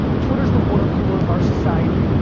twitter's the water cooler of our society,